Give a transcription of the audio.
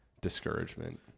discouragement